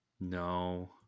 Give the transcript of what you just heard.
No